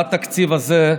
בתקציב הזה,